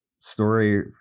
Story